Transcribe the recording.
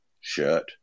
shirt